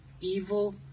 Evil